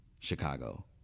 Chicago